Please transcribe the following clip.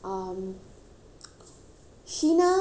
sheena eats chicken rice